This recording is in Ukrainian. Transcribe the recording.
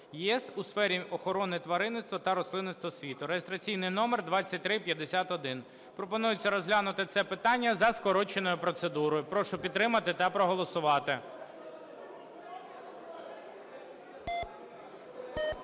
ЄС у сфері охорони тваринного та рослинного світу) (реєстраційний номер 2351). Пропонується розглянути це питання за скороченою процедурою. Прошу підтримати та проголосувати.